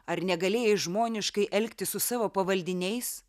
ar negalėjai žmoniškai elgtis su savo pavaldiniais